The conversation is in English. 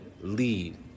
lead